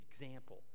example